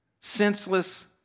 Senseless